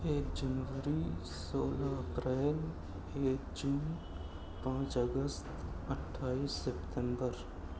ایک جنوری سولہ اپریل ایک جون پانچ اگست اٹھائیس سپتمبر